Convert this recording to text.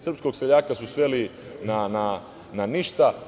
Srpskog seljaka su sveli na ništa.